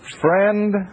Friend